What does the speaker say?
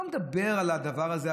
אני לא מדבר על הדבר הזה,